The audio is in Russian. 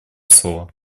слово